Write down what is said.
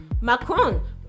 Macron